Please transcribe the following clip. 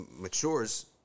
matures